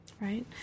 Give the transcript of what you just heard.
right